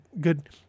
good